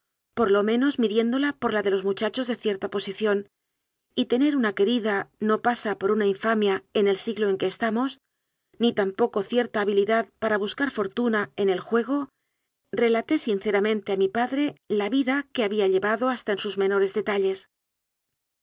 por lo menos midiéndola por la de los mu chachos de cierta posición y tener una querida no pasa por una infamia en el siglo en que estamos ni tampoco cierta habilidad para buscar fortuna en el juego relaté sinceramente a mi padre la vida que había llevado hasta en sus menores detalles